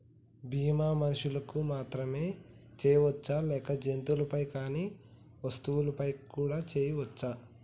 బీమా మనుషులకు మాత్రమే చెయ్యవచ్చా లేక జంతువులపై కానీ వస్తువులపై కూడా చేయ వచ్చా?